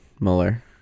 Mueller